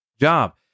job